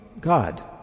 God